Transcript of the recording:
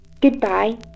goodbye